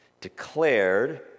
declared